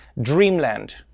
Dreamland